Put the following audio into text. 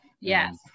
Yes